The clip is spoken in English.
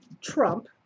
Trump